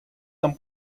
tam